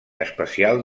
especial